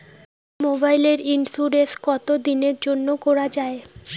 মোবাইলের ইন্সুরেন্স কতো দিনের জন্যে করা য়ায়?